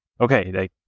okay